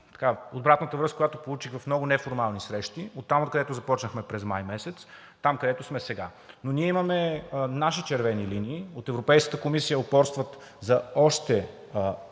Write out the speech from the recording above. обратната връзка, която получих в много неформални срещи, оттам, откъдето започнахме през май месец, и там, където сме сега. Но ние имаме наши червени линии. От Европейската комисия упорстват за още,